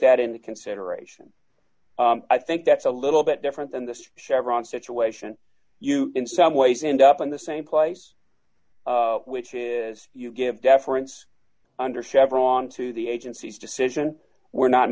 that into consideration i think that's a little bit different than this chevron situation you in some ways end up in the same place which is you give deference under several onto the agency's decision we're not